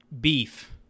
beef